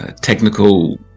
technical